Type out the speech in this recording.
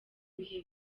bihe